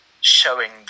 showing